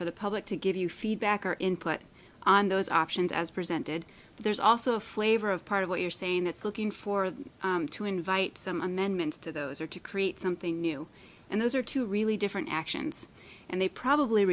for the public to give you feedback or input on those options as presented but there's also a flavor of part of what you're saying it's looking for them to invite some amendments to those or to create something new and those are two really different actions and they probably